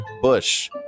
Bush